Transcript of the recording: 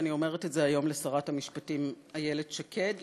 ואני אומרת את זה היום לשרת המשפטים איילת שקד,